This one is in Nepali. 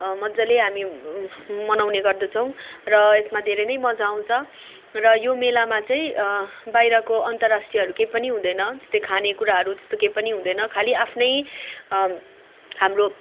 मजाले हामी मनाउने गर्दछौँ र यसमा धेरै नै मजा आउँछ र यो मेलामा चाहिँ बाहिरको अन्तर्राष्ट्रियहरू केही पनि हुँदैन जस्तो खाने कुराहरू त्यस्तो केही पनि हुँदैन खालि आफ्नो हाम्रो